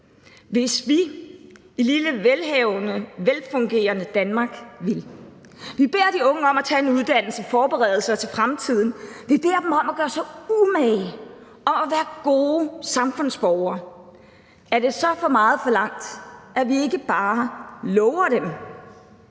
hvis vi i lille velhavende, velfungerende Danmark vil. Vi beder de unge om at tage en uddannelse og forberede sig til fremtiden, og vi beder dem om at gøre sig umage og om at være gode samfundsborgere. Er det så for meget forlangt, at vi ikke bare lover dem,